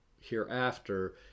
hereafter